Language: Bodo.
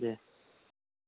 दे